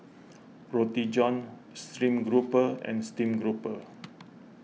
Roti John Stream Grouper and Steamed Grouper